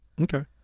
Okay